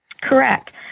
Correct